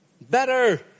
Better